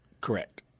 Correct